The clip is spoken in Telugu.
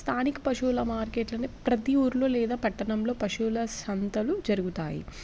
స్థానిక పశువుల మార్కెట్లనే ప్రతి ఊర్లో లేదా పట్టణంలో పశువుల సంతలు జరుగుతాయి